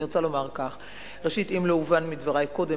אני כמובן לא יכולה לענות במקום שר